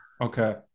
Okay